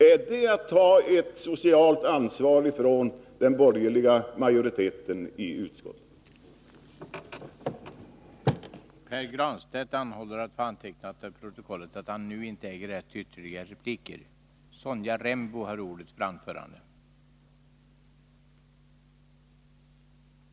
Är det ett sätt för den borgerliga majoriteten i utskottet att ta socialt ansvar?